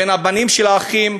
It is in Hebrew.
בין הבנים של האחים,